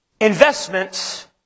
Investments